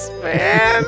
man